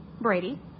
Brady